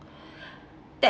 that